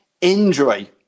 injury